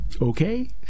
Okay